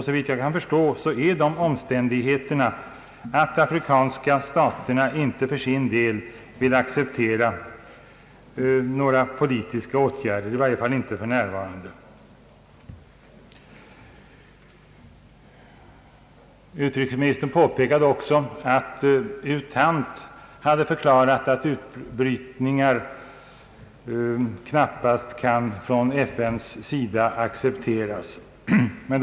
Såvitt jag kan förstå består dessa omständigheter i att de afrikanska staterna för sin del inte vill acceptera några politiska åtgärder, i varje fall inte för närvarande. Utrikesministern påpekade också att U Thant hade förklarat att utbrytningar knappast kan accepteras från FN:s sida.